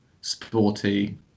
sporty